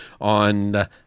on